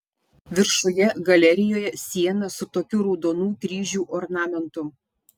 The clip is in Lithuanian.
viršuje galerijoje siena su tokiu raudonų kryžių ornamentu